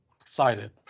excited